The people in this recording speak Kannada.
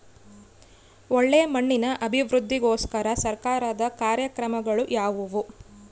ಒಳ್ಳೆ ಮಣ್ಣಿನ ಅಭಿವೃದ್ಧಿಗೋಸ್ಕರ ಸರ್ಕಾರದ ಕಾರ್ಯಕ್ರಮಗಳು ಯಾವುವು?